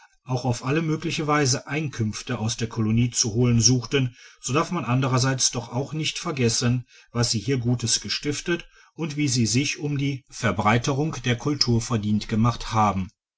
auch auf alle mögliche weise einkünfte aus der kolonie zu holen suchten so darf man andrerseits doch auch nicht vergessen was sie hier gutes gestiftet und wie sie sich um die digitized by google verbreiterung der kultur verdient gemacht haben